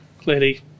clearly